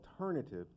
alternative